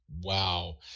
wow